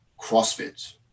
CrossFit